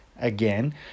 again